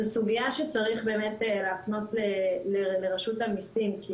זו סוגיה שצריך להפנות לרשות המיסים.